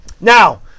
Now